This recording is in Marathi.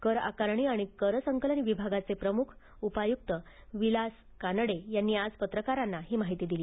कर आकारणी आणि कर संकलन विभागाचे प्रमुख उपायुक्त विलास कानडे यांनी आज पत्रकारांना ही माहिती दिली